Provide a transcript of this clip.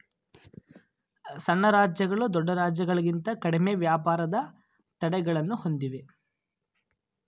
ಸಣ್ಣ ರಾಜ್ಯಗಳು ದೊಡ್ಡ ರಾಜ್ಯಗಳಿಂತ ಕಡಿಮೆ ವ್ಯಾಪಾರದ ತಡೆಗಳನ್ನು ಹೊಂದಿವೆ